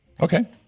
Okay